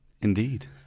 Indeed